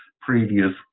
previous